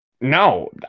No